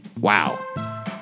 Wow